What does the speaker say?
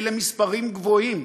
אלה מספרים גבוהים.